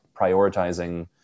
prioritizing